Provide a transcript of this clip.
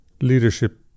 leadership